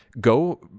go